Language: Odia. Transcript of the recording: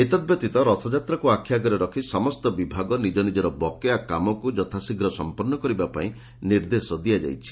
ଏତଦ୍ ବ୍ୟତୀତ ରଥଯାତ୍ରାକୁ ଆଖିଆଗରେ ରଖି ସମସ୍ତ ବିଭାଗ ନିକ ନିକର ବକେୟା କାମକୁ ଯଥା ଶୀଘ୍ର ସମ୍ମନ୍ନ କରିବା ପାଇଁ ନିର୍ଦ୍ଦେଶ ଦିଆଯାଇଛି